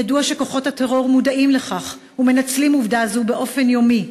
ידוע שכוחות הטרור מודעים לכך ומנצלים עובדה זו באופן יומי,